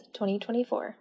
2024